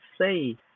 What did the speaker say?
say